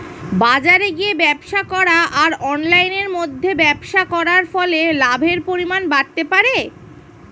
বাজারে গিয়ে ব্যবসা করা আর অনলাইনের মধ্যে ব্যবসা করার ফলে লাভের পরিমাণ বাড়তে পারে?